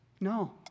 No